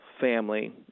family